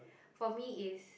for me is